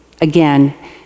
Again